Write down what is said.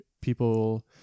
people